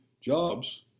jobs